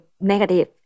negative